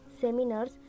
seminars